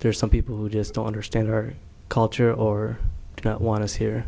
there are some people who just don't understand our culture or do not want us here